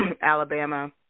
Alabama